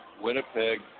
Winnipeg